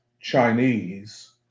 Chinese